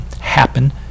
happen